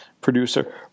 Producer